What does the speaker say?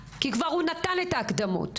כי כבר הוא נתן את ההקדמות,